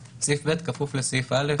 סעיף קטן (ב) כפוף לסעיף קטן (א).